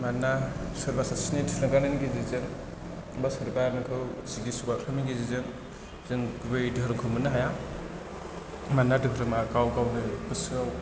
मानोना सोरबा सासेनि थुलुंगानायनि गेजेरजों बा सोरबा नोंखौ सिगि सग' खालामनायनि गेजेरजों जों गुबै धोरोमखौ मोननो हाया मानोना धोरोमा गाव गावनो गोसोआव